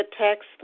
text